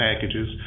packages